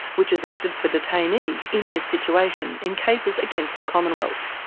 which has acted for detainees in this situation, in cases against the commonwealth.